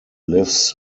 lives